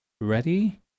Ready